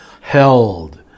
held